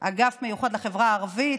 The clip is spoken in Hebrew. אגף מיוחד לחברה הערבית,